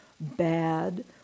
bad